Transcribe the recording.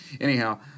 anyhow